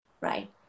right